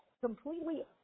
completely